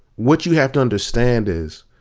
what you have to understand is,